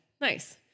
Nice